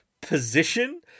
position